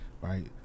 right